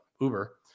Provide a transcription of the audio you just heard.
Uber